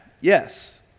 Yes